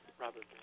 Robert